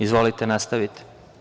Izvolite, nastavite.